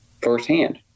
firsthand